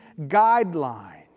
guidelines